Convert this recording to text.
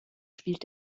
spielt